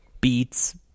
beats